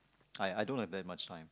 I I don't have that much time